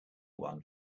won